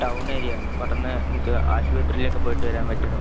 town area പെട്ടെന്ന് നമുക്ക് ആശുപത്രിയിൽ ഒക്കെ പോയിട്ട് വരാൻ പറ്റണം